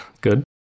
Good